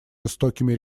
жестокими